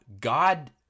God